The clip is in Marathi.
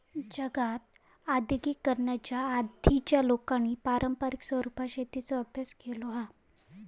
जगात आद्यिगिकीकरणाच्या आधीच्या लोकांनी पारंपारीक रुपात शेतीचो अभ्यास केलो हा